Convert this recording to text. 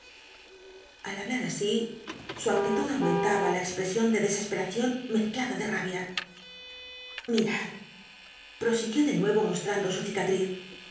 al hablar a i su aclilud aumentaba la exprcsion de descs eracion mezclada de rabia mirad prosiguió de nue o mostmndo su cicatriz